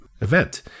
event